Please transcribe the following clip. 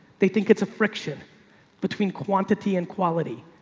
they think it's a friction between quantity and quality.